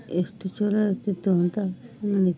ಎಷ್ಟು ಚಲೊ ಇರ್ತಿತ್ತು ಅಂತ ಸ್ಮರಣಿಕೆ